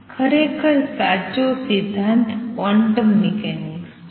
ખરેખર સાચો સિદ્ધાંત ક્વોન્ટમ મિકેનિક્સ છે